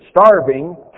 starving